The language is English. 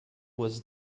was